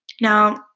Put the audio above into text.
now